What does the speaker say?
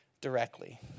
directly